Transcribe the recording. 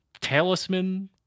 talisman